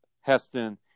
Heston